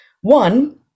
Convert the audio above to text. one